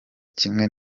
kimwe